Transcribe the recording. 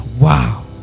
wow